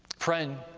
friend,